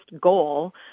goal